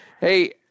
Hey